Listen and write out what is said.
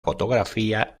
fotografía